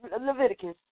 Leviticus